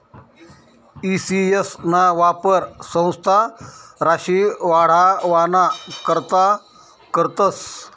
E CS ना वापर संस्था राशी वाढावाना करता करतस